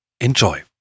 enjoy